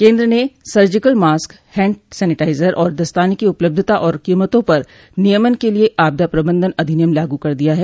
केन्द्र ने surgical mask hand sanitiser और दस्ताने की उपलब्धता और कोमतों पर नियमन के लिए आपदा प्रबंधन अधिनियम लागू कर दिया है